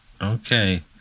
Okay